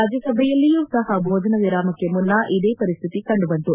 ರಾಜ್ಯಸಭೆಯಲ್ಲಿಯೂ ಸಹ ಭೋಜನವಿರಾಮಕ್ಕೆ ಮುನ್ನ ಇದೇ ಪರಿಸ್ಥಿತಿ ಕಂಡುಬಂತು